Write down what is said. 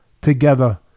together